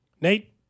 Nate